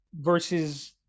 versus